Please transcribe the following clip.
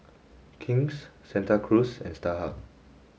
King's Santa Cruz and Starhub